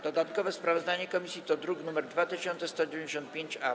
Dodatkowe sprawozdanie komisji to druk nr 2195-A.